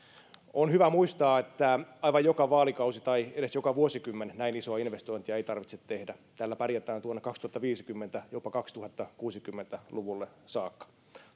on hyvä muistaa että aivan joka vaalikausi tai edes joka vuosikymmen näin isoa investointia ei tarvitse tehdä tällä pärjätään tuonne kaksituhattaviisikymmentä jopa kaksituhattakuusikymmentä luvulle saakka